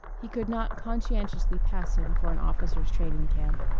he could not conscientiously pass him for an officers' training-camp.